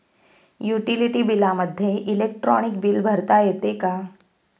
Utility बिलामध्ये electronic bill भरता येते का?